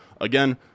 again